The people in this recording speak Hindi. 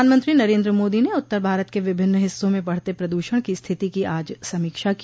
प्रधानमंत्री नरेन्द्र मोदी ने उत्तर भारत के विभिन्न हिस्सों में बढ़ते प्रदूषण की स्थिति की आज समीक्षा की